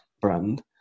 brand